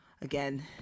again